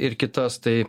ir kitas tai